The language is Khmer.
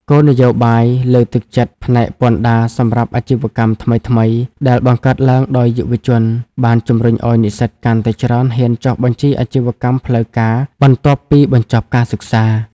គោលនយោបាយលើកទឹកចិត្តផ្នែកពន្ធដារសម្រាប់អាជីវកម្មថ្មីៗ ដែលបង្កើតឡើងដោយយុវជន បានជម្រុញឱ្យនិស្សិតកាន់តែច្រើនហ៊ានចុះបញ្ជីអាជីវកម្មផ្លូវការបន្ទាប់ពីបញ្ចប់ការសិក្សា។